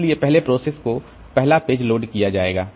इसलिए पहले प्रोसेस का पहला पेज लोड किया जाएगा